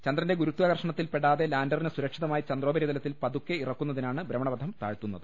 ചന്ദ്രന്റെ ഗുരുത്വാകർഷണത്തിൽ പ്പെടാതെ ലാന്ററിന് സുരക്ഷിതമായി ചന്ദ്രോപരിതലത്തിൽ പതുക്കെ ഇറക്കുന്നതിനാണ് ഭ്രമണപഥം താഴ്ത്തുന്നത്